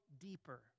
deeper